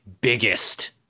biggest